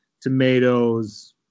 tomatoes